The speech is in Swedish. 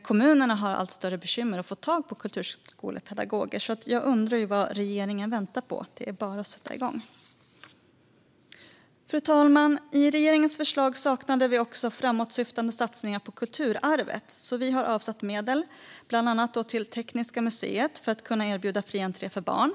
Kommunerna har allt större problem med att få tag i kulturskolepedagoger, så jag undrar vad regeringen väntar på. Det är bara att sätta igång! Fru talman! I regeringens förslag saknar vi också framåtsyftande satsningar på kulturarvet, så vi har avsatt medel till bland annat Tekniska museet för att kunna erbjuda fri entré för barn.